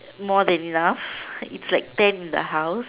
more than enough it's like ten in the house